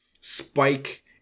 Spike